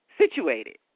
situated